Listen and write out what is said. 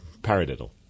paradiddle